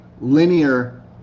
linear